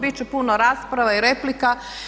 Biti će puno rasprave i replika.